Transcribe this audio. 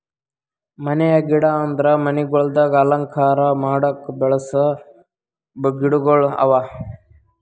ಮನೆಯ ಗಿಡ ಅಂದುರ್ ಮನಿಗೊಳ್ದಾಗ್ ಅಲಂಕಾರ ಮಾಡುಕ್ ಬೆಳಸ ಗಿಡಗೊಳ್ ಅವಾ